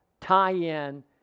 tie-in